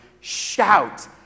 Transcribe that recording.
Shout